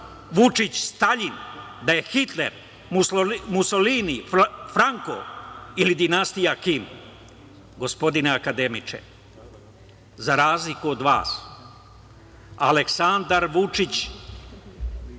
Vučić. Staljin, da je Hitler, Musolini, Franko ili dinastija Kim. Gospodine akademiče, za razliku od vas Aleksandar Vučić